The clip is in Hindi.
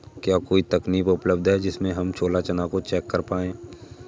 क्या कोई तकनीक उपलब्ध है जिससे हम छोला चना को चेक कर पाए?